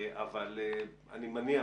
אני מניח